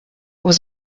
was